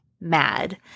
mad